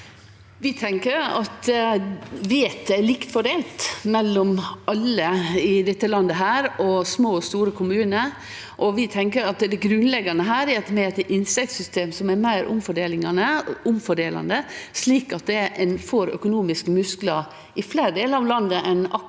Vi tenkjer at vettet er likt fordelt mellom alle i dette landet og mellom små og store kommunar. Vi tenkjer at det grunnleggjande her er at vi har eit inntektssystem som er meir omfordelande, slik at ein får økonomiske musklar i fleire delar av landet enn akkurat